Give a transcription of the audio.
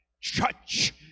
Church